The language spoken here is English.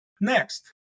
Next